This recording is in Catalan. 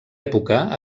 època